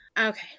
Okay